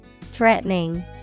Threatening